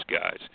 guys